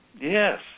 Yes